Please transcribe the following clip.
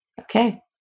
Okay